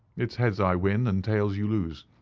it's heads i win and tails you lose.